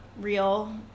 real